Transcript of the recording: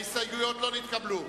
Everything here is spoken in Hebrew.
ההסתייגויות לא התקבלו.